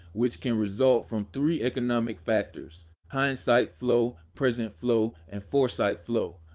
which can result from three economic factors hindsight flow, present flow, and foresight flow.